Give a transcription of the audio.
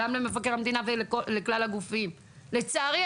למבקר המדינה ולכלל הגופים לצערי,